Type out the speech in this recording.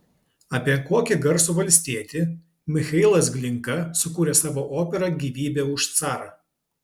apie kokį garsų valstietį michailas glinka sukūrė savo operą gyvybė už carą